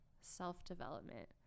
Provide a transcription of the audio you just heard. self-development